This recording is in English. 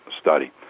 study